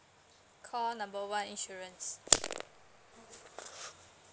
call number one insurance